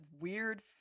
weird